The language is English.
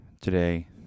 today